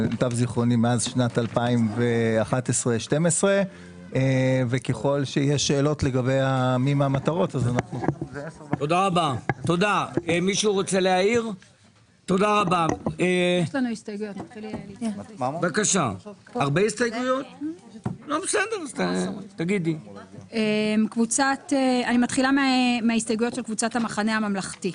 מאז שנת 2011,2012. אני מתחילה עם ההסתייגויות של קבוצת המחנה הממלכתי.